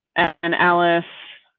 and alice,